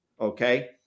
okay